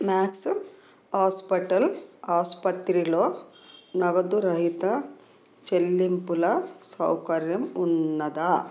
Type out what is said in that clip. max hospital ఆసుపత్రిలో నగదు రహిత చెల్లింపుల సౌకర్యం ఉన్నదా